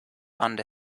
under